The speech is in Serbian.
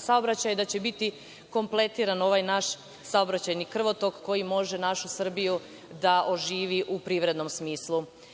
saobraćaja i da će biti kompletiran naš saobraćajni krvotok koji može našu Srbiju da oživi u privrednom smislu. Takođe,